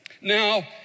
Now